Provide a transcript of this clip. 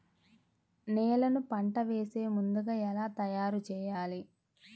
నేలను పంట వేసే ముందుగా ఎలా తయారుచేయాలి?